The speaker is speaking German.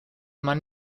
man